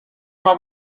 mam